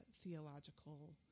theological